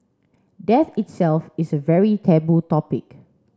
death itself is a very taboo topic